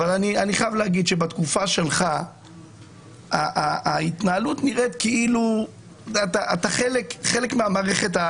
אבל אני חייב להגיד שבתקופה שלך ההתנהלות נראית כאילו אתה חלק מהמערכת,